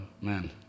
man